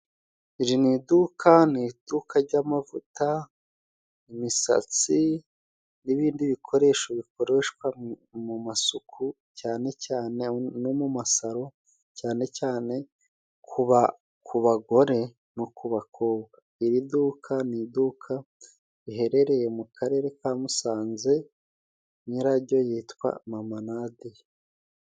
Iri ni iduka, ni iduka jy'amavuta, imisatsi n'ibindi bikoresho bikoreshwa mu masuku cyane cyane no mu masaro, cyane cyane ku bagore no ku bakobwa. Iri duka ni iduka riherereye mu Karere ka Musanze nyirajyo yitwa Mama Nadiya.